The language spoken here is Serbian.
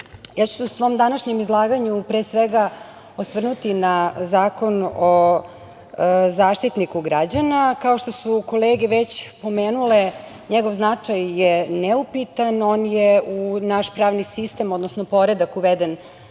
ja ću se u svom današnjem izlaganju pre svega osvrnuti na Zakon o Zaštitniku građana. Kao što su kolege već pomenule, njegov značaj je neupitan. On je u naš pravni sistem, odnosno poredak, uveden